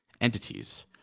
entities